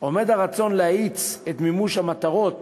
עומד הרצון להאיץ את מימוש המטרות